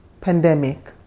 pandemic